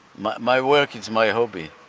my my work it's my hobby.